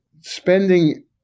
spending